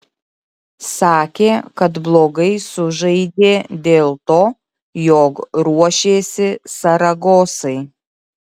sakė kad blogai sužaidė dėl to jog ruošėsi saragosai